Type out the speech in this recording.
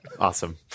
Awesome